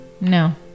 no